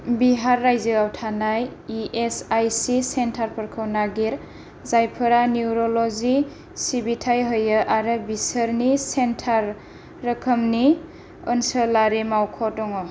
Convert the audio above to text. बिहार रायजोआव थानाय E S I C सेन्टारफोरखौ नागिर जायफोरा निउर'ल'जि सिबिथाय होयो आरो बिसोरनि सेन्टार रोखोमनि ओनसोलारि मावख' दङ